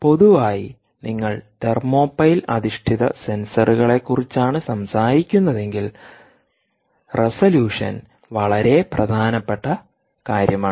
പൊതുവായി നിങ്ങൾ തെർമോപൈൽ അധിഷ്ഠിത സെൻസറുകളെക്കുറിച്ചാണ് സംസാരിക്കുന്നതെങ്കിൽ റെസലൂഷൻ വളരെ പ്രധാനപ്പെട്ട കാര്യമാണ്